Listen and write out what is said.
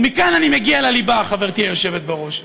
מכאן אני מגיע לליבה, חברתי היושבת בראש.